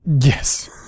Yes